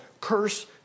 curse